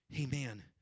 Amen